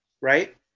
right